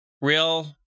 real